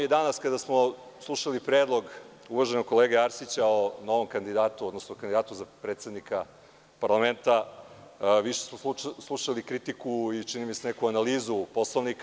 Danas kada smo slušali predlog uvaženog kolege Arsića o novom kandidatu, odnosno kandidatu za predsednika parlamenta, više smo slušali kritiku i, čini mi se, neku analizu Poslovnika.